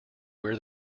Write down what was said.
where